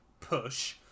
push